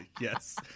Yes